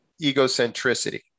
egocentricity